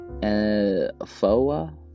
FOA